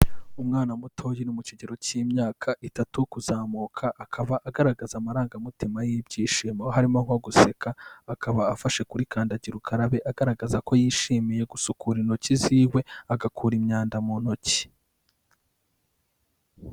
Umwana muto uri mu kigero cy'imyaka itatu kuzamuka akaba agaragaza amarangamutima y'ibyishimo harimo nko guseka, akaba afashe kuri kandagira ukarabe agaragaza ko yishimiye gusukura intoki ziwe agakura imyanda mu ntoki.